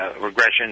regression